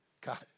God